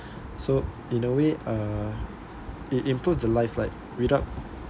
so in a way uh it improves the life like without